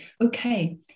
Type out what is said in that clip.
okay